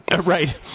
Right